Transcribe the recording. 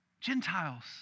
Gentiles